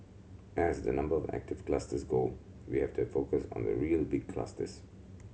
as the number of active clusters go we have to focus on the real big clusters